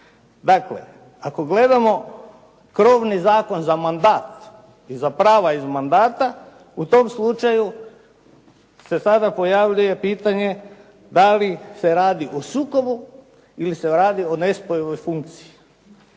Dakle, ako gledamo krovni zakon za mandat i za prava iz mandata u tom slučaju se sada pojavljuje pitanje da li se radi o sukobu ili se radi o nespojivoj funkciji.